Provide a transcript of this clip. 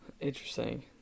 interesting